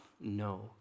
no